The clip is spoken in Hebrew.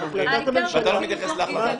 אומרים ואתה לא מתייחס להחלטת הממשלה.